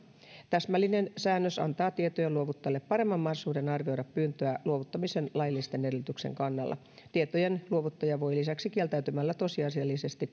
täsmällinen säännös antaa tietojen luovuttajalle paremman mahdollisuuden arvioida pyyntöä luovuttamisen laillisten edellytysten kannalta tietojen luovuttaja voi lisäksi kieltäytymällä tosiasiallisesti